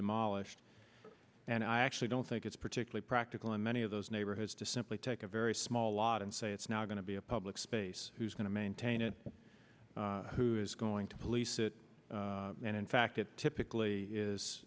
demolished and i actually don't think it's particularly practical in many of those neighborhoods to simply take a very small lot and say it's now going to be a public space who's going to maintain it who's going to police it and in fact it typically is